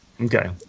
okay